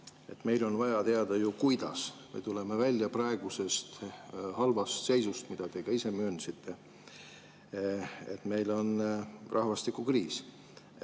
Meil on vaja teada, kuidas me tuleme välja praegusest halvast seisust, mida te ise möönsite. Meil on rahvastikukriis.